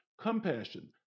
compassion